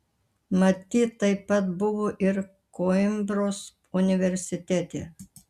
matyt taip pat buvo ir koimbros universitete